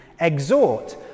exhort